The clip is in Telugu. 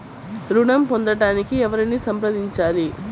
ఋణం పొందటానికి ఎవరిని సంప్రదించాలి?